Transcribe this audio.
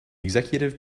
executive